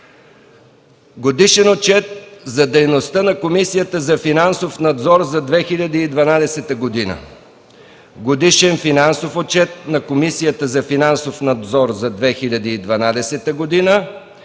Годишен отчет за дейността на Комисията за финансов надзор за 2012 г.,